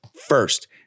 first